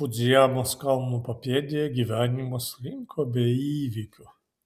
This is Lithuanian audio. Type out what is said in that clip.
fudzijamos kalno papėdėje gyvenimas slinko be įvykių